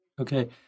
Okay